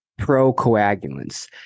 procoagulants